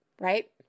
right